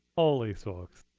holy smokes.